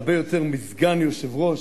הרבה יותר מסגן היושב-ראש,